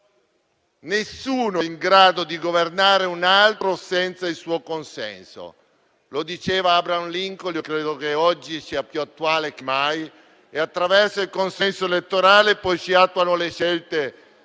Nessuno è in grado di governare un altro senza il suo consenso. Questo lo diceva Abraham Lincoln e credo che oggi tale affermazione sia più attuale che mai. Attraverso il consenso elettorale si attuano le scelte